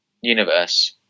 universe